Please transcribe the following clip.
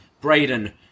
Braden